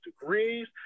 degrees